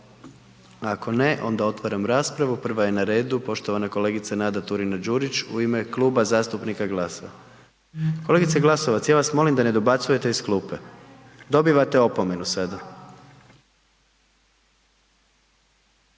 Ako ne, onda otvaram raspravu, prva je na redu poštovana kolegica Nada Turina-Đurić u ime Kluba zastupnika GLAS-a. …/Upadica sa strane, ne razumije se./… Kolegice Glasovac, ja vam da ne dobacujete iz klupe. Dobivate opomenu sada.